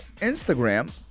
Instagram